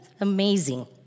Amazing